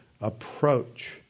approach